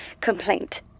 complaint